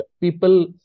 people